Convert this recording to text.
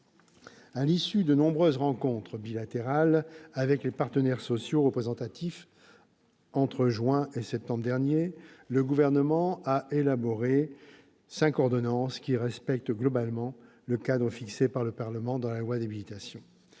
À l'issue de nombreuses rencontres bilatérales avec les partenaires sociaux représentatifs entre juin et septembre dernier, le Gouvernement a élaboré cinq ordonnances qui respectent globalement le cadre fixé par le Parlement dans la loi d'habilitation.